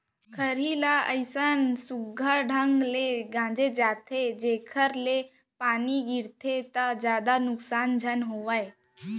खरही ल अइसन सुग्घर ढंग ले गांजे जाथे जेकर ले पानियो गिरगे त जादा नुकसान झन होवय